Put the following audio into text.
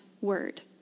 word